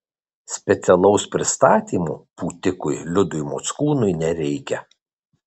specialaus pristatymo pūtikui liudui mockūnui nereikia